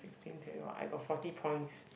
sixteen twenty four I got forty points